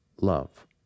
love